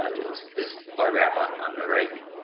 this bar graph on on the right,